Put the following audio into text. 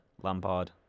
Lampard